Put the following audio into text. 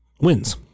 wins